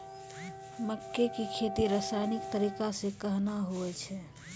मक्के की खेती रसायनिक तरीका से कहना हुआ छ?